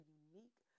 unique